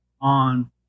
on